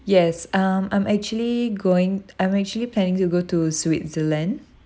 yes um I'm actually going I'm actually planning to go to switzerland